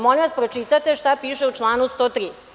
Molim vas, pročitajte šta piše u članu 103.